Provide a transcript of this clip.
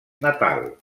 natal